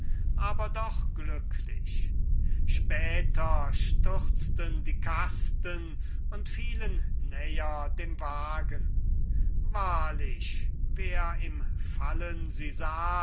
aber doch glücklich später stürzten die kasten und fielen näher dem wagen wahrlich wer im fallen sie sah